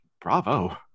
bravo